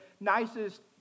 nicest